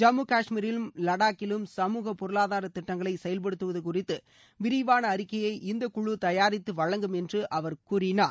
ஜம்மு கஷ்மீரிலும் வடாக்கிலும் சமூக பொருளாதார திட்டங்களை செயவ்படுத்துவது குறித்த விரிவாள அறிக்கையை இந்த குழு தயாரித்து வழங்கும் என்று அவர் கூறினார்